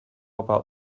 about